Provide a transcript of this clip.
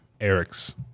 Eric's